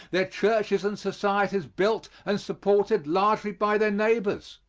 their churches and societies built and supported largely by their neighbors.